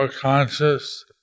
conscious